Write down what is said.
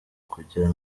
kugira